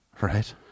Right